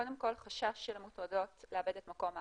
קודם כל חשש של המוטרדות לאבד את מקום העבודה.